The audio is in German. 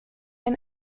ein